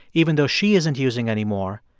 even though she isn't using anymore,